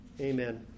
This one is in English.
Amen